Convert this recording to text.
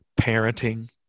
parenting